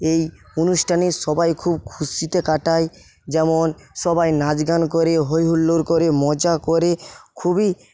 এই অনুষ্ঠানে সবাই খুব খুশিতে কাটাই যেমন সবাই নাচ গান করে হই হুল্লোড় করে মজা করে খুবই